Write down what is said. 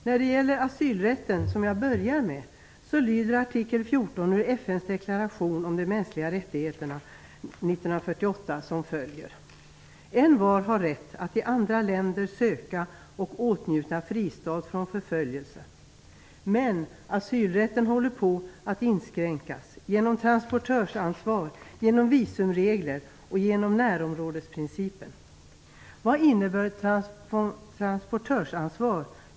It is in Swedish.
När det gäller asylrätten, den fråga som jag börjar med, lyder artikel 14 i FN:s deklaration från 1948 om de mänskliga rättigheterna som följer: Envar har rätt att i andra länder söka och åtnjuta fristad från förföljelse. Men asylrätten håller på att inskränkas genom transportörsansvar, visumregler och närområdesprincipen. Vad innebär transportörsansvar?